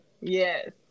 Yes